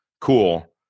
cool